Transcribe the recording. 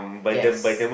yes